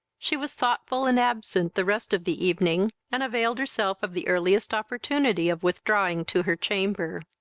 she was thoughtful and absent the rest of the evening, and availed herself of the earliest opportunity of withdrawing to her chamber.